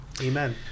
Amen